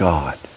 God